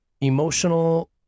emotional